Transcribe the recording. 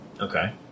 Okay